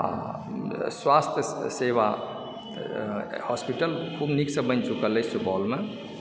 आओर स्वास्थ्य सेवा हॉस्पिटल खूब नीकसँ बनि चुकल अछि सुपौलमे